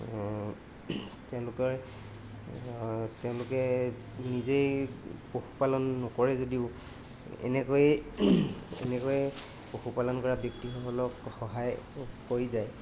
তেওঁলোকে তেওঁলোকে নিজেই পশুপালন নকৰে যদিও এনেকৈ এনেকৈ পশুপালন কৰা ব্যক্তিসকলক সহায় কৰি যায়